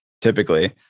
typically